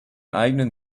eigenen